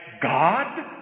God